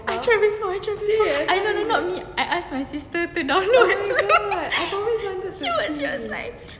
I try before I try before no no not me I ask my sister to download so she was like